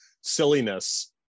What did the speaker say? silliness